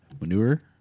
manure